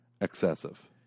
excessive